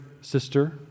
sister